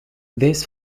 this